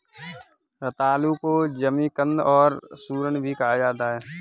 रतालू को जमीकंद और सूरन भी कहा जाता है